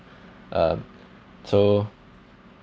um so